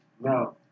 No